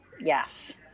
Yes